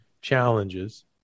challenges